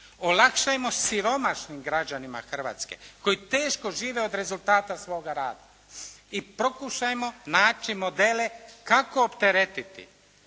Olakšajmo siromašnim građanima Hrvatske koji teško žive od rezultata svoga rada. I pokušajmo naći modele kao opteretiti